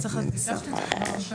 אני מנסה.